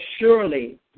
surely